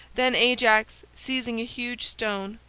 then ajax, seizing a huge stone,